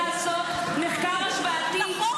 אמרתי --- הוא אמר שהוא רוצה לעשות מחקר השוואתי -- נכון.